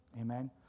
Amen